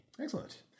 Excellent